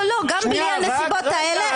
גם עם הנסיבות האלה.